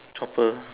chopper